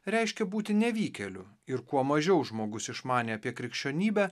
reiškė būti nevykėliu ir kuo mažiau žmogus išmanė apie krikščionybę